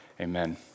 Amen